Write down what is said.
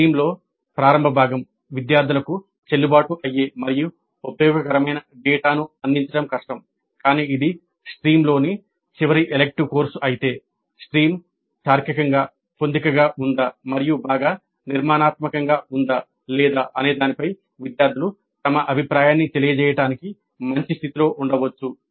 స్ట్రీమ్లో ప్రారంభ భాగం విద్యార్థులకు చెల్లుబాటు అయ్యే మరియు ఉపయోగకరమైన డేటాను అందించడం కష్టం కానీ ఇది స్ట్రీమ్లోని చివరి ఎలిక్టివ్ కోర్సు అయితే స్ట్రీమ్ తార్కికంగా పొందికగా ఉందా మరియు బాగా నిర్మాణాత్మకంగా ఉందా లేదా అనే దానిపై విద్యార్థులు తమ అభిప్రాయాన్ని తెలియజేయడానికి మంచి స్థితిలో ఉండవచ్చు